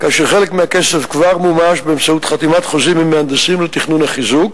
כאשר חלק מהכסף כבר מומש באמצעות חתימת חוזים עם מהנדסים לתכנון החיזוק,